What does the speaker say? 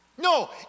No